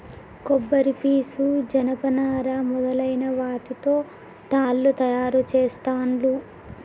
కొబ్బరి పీసు జనప నారా మొదలైన వాటితో తాళ్లు తయారు చేస్తాండ్లు